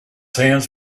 hands